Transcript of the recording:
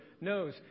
knows